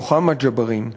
מוחמד ג'בארין,